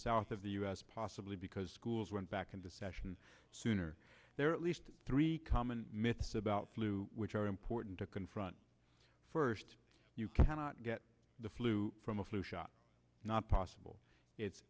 south of the u s possibly because schools went back into session sooner there are at least three common myths about flu which are important to confront first you cannot get the flu from a flu shot not possible it's